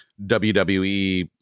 WWE